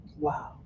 Wow